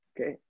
Okay